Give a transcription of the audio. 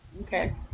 Okay